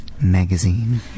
magazine